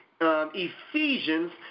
Ephesians